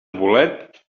bolets